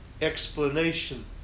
explanation